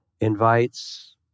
invites